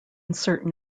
certain